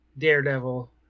Daredevil